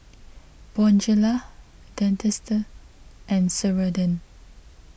Bonjela Dentiste and Ceradan